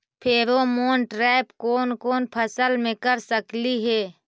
Pheromone trap कोन कोन फसल मे कर सकली हे?